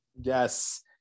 Yes